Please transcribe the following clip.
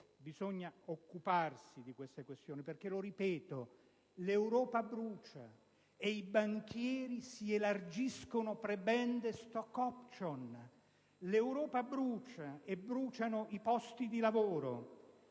bisogna occuparsi di queste questioni, perché - lo ripeto - l'Europa brucia ed i banchieri si elargiscono prebende con *stock options*; l'Europa brucia e bruciano i posti di lavoro.